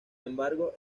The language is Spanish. embargo